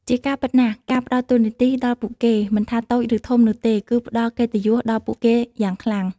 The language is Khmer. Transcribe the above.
ជាការពិតណាស់ ការផ្តល់តួនាទីដល់ពួកគេ មិនថាតូច ឬធំនោះទេ គឺ ផ្តល់កិត្តិយស ដល់ពួកគេយ៉ាងខ្លាំង។